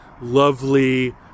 lovely